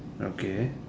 okay